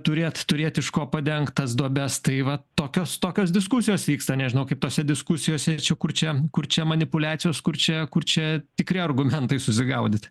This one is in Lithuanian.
turėt turėt iš ko padengt tas duobes tai va tokios tokios diskusijos vyksta nežinau kaip tose diskusijose čia kur čia kur čia manipuliacijos kur čia kur čia tikri argumentai susigaudyt